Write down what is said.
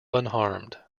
unharmed